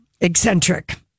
eccentric